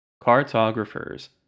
Cartographers